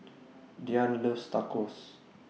Diane loves Tacos